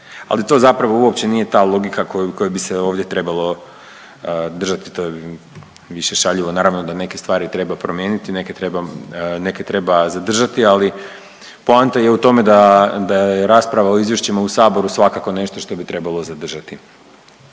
ali to zapravo uopće nije ta logika koju bi se ovdje trebalo držati, to je više šaljivo. Naravno da neke stvari treba promijeniti, neke treba zadržati ali poanta je u tome da je rasprava o izvješćima u Saboru svakako nešto što bi trebalo zadržati.